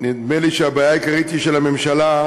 נדמה לי שהבעיה העיקרית היא של הממשלה,